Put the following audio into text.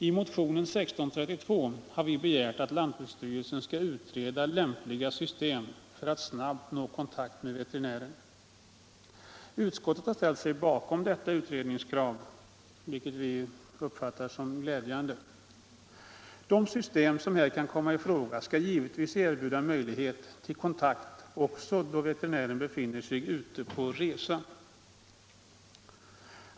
I motionen 1632 har vi begärt att lantbruksstyrelsen skall utreda lämpliga system för att snabbt nå kontakt med veterinären. Utskottet har ställt sig bakom detta utredningskrav, vilket vi uppfattar såsom glädjande. De system som här kan komma i fråga skall givetvis erbjuda möjlighet till kontakt också då veterinären befinner sig på resa.